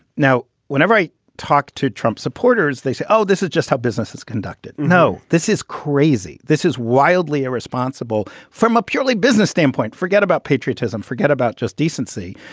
now, whenever i talk to trump supporters, they say, oh, this is just how business is conducted. no, this is crazy. this is wildly irresponsible from a purely business standpoint. forget about patriotism. forget about just decency.